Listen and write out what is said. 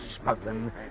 smuggling